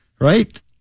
Right